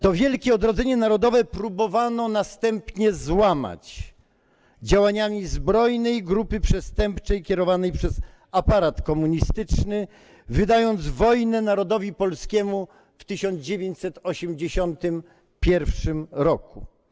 To wielkie odrodzenie narodowe próbowano następnie złamać działaniami zbrojnej grupy przestępczej kierowanej przez aparat komunistyczny, wydając wojnę narodowi polskiemu w 1981 r.